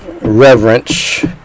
reverence